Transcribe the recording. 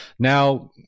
Now